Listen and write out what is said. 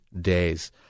days